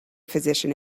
physician